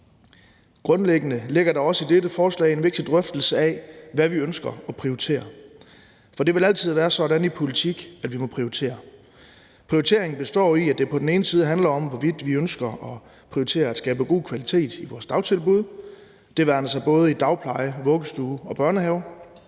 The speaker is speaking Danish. Grundlæggende ligger der også i dette forslag en vigtig drøftelse af, hvad vi ønsker at prioritere, for det vil altid være sådan i politik, at vi må prioritere. Prioriteringen består i, at det på den ene side handler om, hvorvidt vi ønsker at prioritere at skabe god kvalitet i vores dagtilbud – det være sig både i dagpleje, vuggestue og børnehave